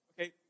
Okay